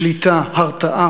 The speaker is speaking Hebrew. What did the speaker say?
שליטה, הרתעה.